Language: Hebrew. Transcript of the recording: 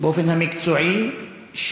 באופן המקצועי,